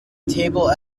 table